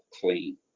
clean